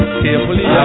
carefully